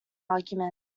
argument